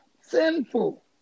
sinful